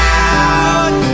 out